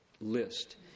list